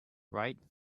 write